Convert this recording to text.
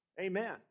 Amen